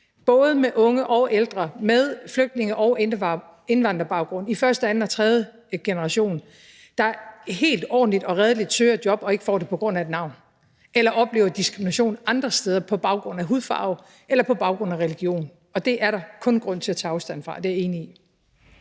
både med unge og ældre, med flygtninge- og indvandrerbaggrund i første, anden og tredje generation, der helt ordentligt og redeligt søger et job og ikke får det på grund af et navn eller oplever diskrimination andre steder på baggrund af hudfarve eller på baggrund af religion, og det er der kun grund til at tage afstand fra. Det er jeg enig i.